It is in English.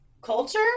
Culture